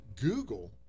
Google